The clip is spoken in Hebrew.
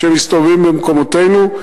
שמסתובבים במקומותינו.